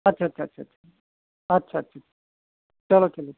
अच्छा अच्छा अच्छा ठीक अच्छा अच्छा चलो चलो